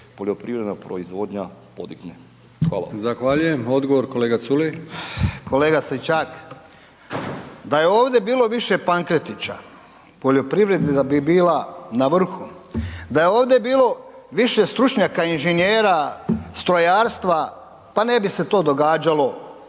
poljoprivredna proizvodnja podigne. Hvala. **Brkić, Milijan (HDZ)** Zahvaljujem. Odgovor kolega Culej. **Culej, Stevo (HDZ)** Kolega Stričak, da je ovdje bilo više Pankretića poljoprivreda bi bila na vrhu. Da je ovdje bilo više stručnjaka inženjera strojarstva pa ne bi se to događalo